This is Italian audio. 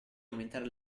aumentare